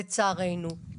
לצערנו,